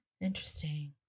Interesting